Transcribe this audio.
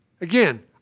Again